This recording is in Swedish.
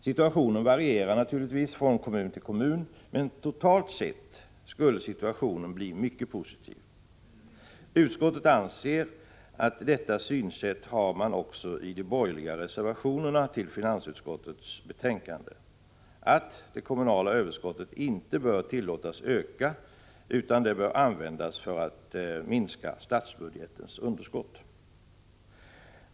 Situationen varierar naturligtvis från kommun till kommun, men totalt sett skulle situationen bli mycket positiv. Utskottet anser, och detta synsätt har man också i de borgerliga reservationerna till finansutskottets betänkande, att det kommunala överskottet inte bör tillåtas öka utan bör användas för att minska statsbudgetens underskott.